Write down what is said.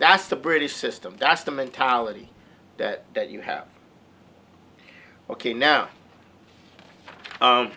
that's the british system that's the mentality that that you have ok now